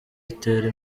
yatera